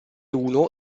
uno